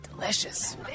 delicious